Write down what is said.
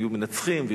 והיו מנצחים.